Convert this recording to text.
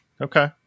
Okay